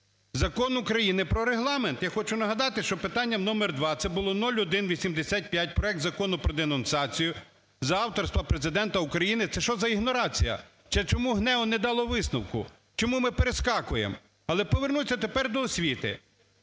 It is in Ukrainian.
Закон України "Про Регламент". Я хочу нагадати, що питанням номер два це було 0185 проект Закону про денонсацію за авторства Президента України. Це що за ігнорація? Це чому ГНЕУ не дало висновку? Чому ми перескакуємо? Але повернуся тепер до освіти.